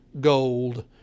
gold